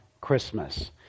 Christmas